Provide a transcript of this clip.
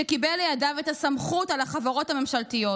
שקיבל לידיו את הסמכות על החברות הממשלתיות: